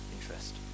interest